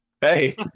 Hey